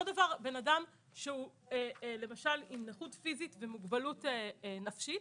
אותו דבר אדם שהוא למשל עם נכות פיסית ומוגבלות נפשית,